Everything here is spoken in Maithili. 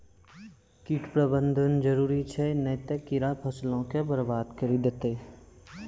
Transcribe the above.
कीट प्रबंधन जरुरी छै नै त कीड़ा फसलो के बरबाद करि देतै